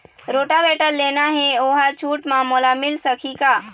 Rotavator लेना हे ओहर छूट म मोला मिल सकही का?